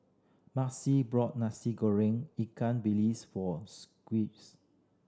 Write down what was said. Maci bought Nasi Goreng ikan bilis for Squis